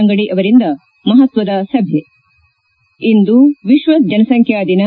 ಅಂಗಡಿ ಅವರಿಂದ ಮಹತ್ವದ ಸಭೆ ಇಂದು ವಿಶ್ವ ಜನಸಂಖ್ಯಾ ದಿನ